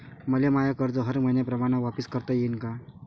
मले माय कर्ज हर मईन्याप्रमाणं वापिस करता येईन का?